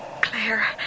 Claire